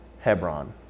Hebron